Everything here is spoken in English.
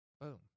Boom